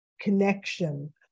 connection